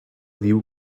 diu